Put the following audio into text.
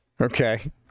Okay